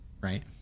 right